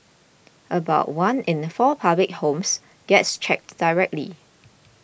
about one in four public homes gets checked directly